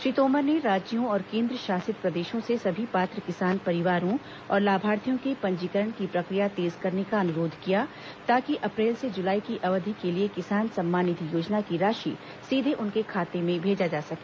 श्री तोमर ने राज्यों और केन्द्रशासित प्रदेशों से सभी पात्र किसान परिवारों और लाभार्थियों के पंजीकरण की प्रक्रिया तेज करने का अनुरोध किया ताकि अप्रैल से जुलाई की अवधि के लिए किसान सम्मान निधि योजना की राशि सीधे उनके खाते में भेजा जा सके